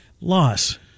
Loss